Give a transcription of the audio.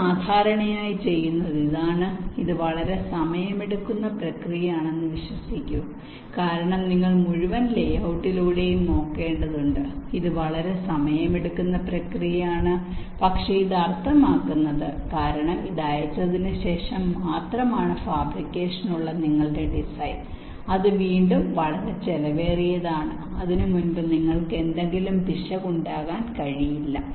ഇത് സാധാരണയായി ചെയ്യുന്നത് ഇതാണ് ഇത് വളരെ സമയമെടുക്കുന്ന പ്രക്രിയയാണെന്ന് വിശ്വസിക്കൂ കാരണം നിങ്ങൾ മുഴുവൻ ലേഔട്ടിലൂടെയും നോക്കേണ്ടതുണ്ട് ഇത് വളരെ സമയമെടുക്കുന്ന പ്രക്രിയയാണ് പക്ഷേ ഇത് അർത്ഥമാക്കുന്നത് കാരണം ഇത് അയച്ചതിനുശേഷം മാത്രമാണ് ഫാബ്രിക്കേഷനുള്ള നിങ്ങളുടെ ഡിസൈൻ അത് വീണ്ടും വളരെ ചെലവേറിയതാണ് അതിനു മുൻപ് നിങ്ങൾക്ക് എന്തെങ്കിലും പിശക് ഉണ്ടാകാൻ കഴിയില്ല